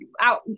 out